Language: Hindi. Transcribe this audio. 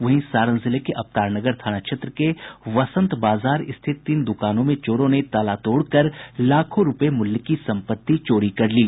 वहीं सारण जिले के अवतार नगर थाना क्षेत्र के वसंत बाजार रिथित तीन दुकानों में चोरों ने ताला तोड़कर लाखों रूपये मूल्य की संपत्ति चोरी कर ली